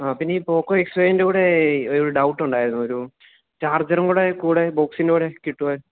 ആ പിന്നെ ഈ പോക്കോ എക്സ് ഫൈവിൻ്റെ കൂടെ ഒരു ഡൗട്ടുണ്ടായിരുന്നു ഒരു ചാർജറും കൂടെ കൂടെ ബോക്സിന്റെ കൂടെ കിട്ടുമോ